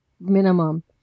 minimum